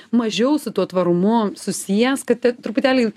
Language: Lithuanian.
mažiau su tuo tvarumu susijęs kad truputėlį